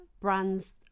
brands